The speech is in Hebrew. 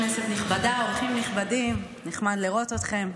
כנסת נכבדה, אורחים נכבדים, נחמד לראות אתכם.